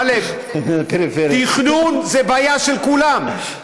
טלב: תכנון זה בעיה של כולם.